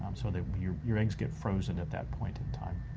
so that your your eggs get frozen at that point in time.